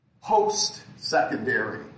post-secondary